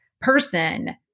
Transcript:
person